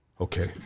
Okay